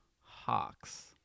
Hawks